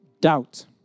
doubt